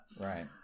Right